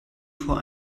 vor